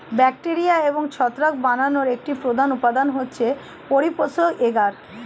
bacteria এবং ছত্রাক বানানোর একটি প্রধান উপাদান হচ্ছে পরিপোষক এগার